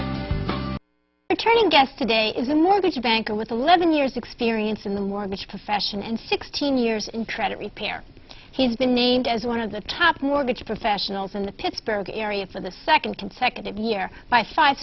a train guest today is a mortgage banker with eleven years experience in the mortgage profession and sixteen years in credit repair he's been named as one of the top mortgage professionals in the pittsburgh area for the second consecutive year by five